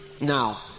Now